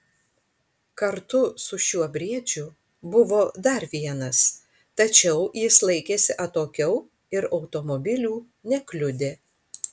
kartu su šiuo briedžiu buvo dar vienas tačiau jis laikėsi atokiau ir automobilių nekliudė